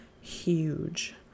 huge